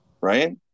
right